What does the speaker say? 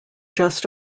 just